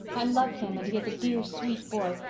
i love him, and he is a dear sweet boy,